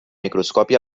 microscopi